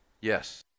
Yes